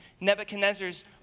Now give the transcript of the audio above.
Nebuchadnezzar's